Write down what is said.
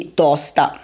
tosta